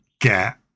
get